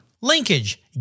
Linkage